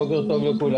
בוקר טוב לכולם,